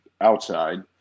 outside